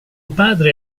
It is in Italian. padre